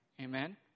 Amen